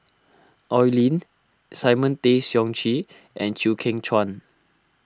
Oi Lin Simon Tay Seong Chee and Chew Kheng Chuan